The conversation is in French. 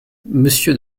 monsieur